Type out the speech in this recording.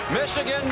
Michigan